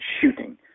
shooting